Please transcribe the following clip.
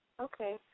Okay